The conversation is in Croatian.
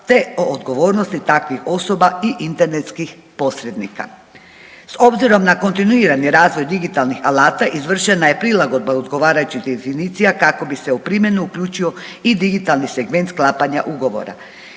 te o odgovornosti takvih osoba i internetskih posrednika. S obzirom na kontinuirani razvoj digitalnih alata izvršena je prilagodba odgovarajućih definicija kako bi se u primjenu uključio i digitalni segment sklapanja ugovora.